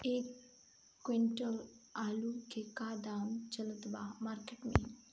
एक क्विंटल आलू के का दाम चलत बा मार्केट मे?